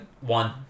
One